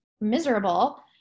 miserable